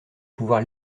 pouvoir